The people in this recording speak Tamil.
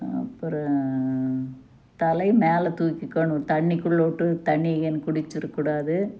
அப்புறோம் தலை மேலே தூக்கிக்கணும் தண்ணிக்குள்ளே வுட்டு தண்ணி கீணு குடிச்சிடக்கூடாது